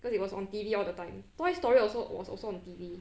because it was on T_V all the time toy story also was also on T_V